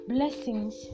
Blessings